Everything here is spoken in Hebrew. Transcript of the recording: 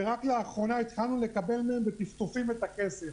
ורק לאחרונה התחלנו לקבל מהם בטפטופים את הכסף,